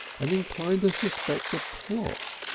and inclined to suspect a plot,